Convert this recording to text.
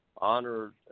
honored